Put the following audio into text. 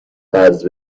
قرض